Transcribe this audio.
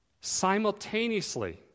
Simultaneously